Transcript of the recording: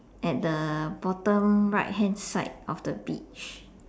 at the bottom right hand side of the beach